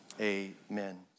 amen